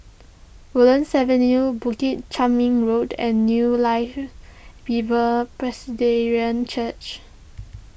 Woodlands Avenue Bukit Chermin Road and New Life Bible Presbyterian Church